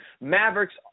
Mavericks